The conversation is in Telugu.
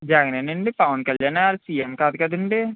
జగనేనండి పవన్ కళ్యాణ్ వాళ్ళ సీఎం కాదు కదండి